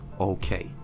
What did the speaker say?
okay